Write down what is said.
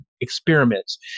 experiments